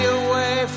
away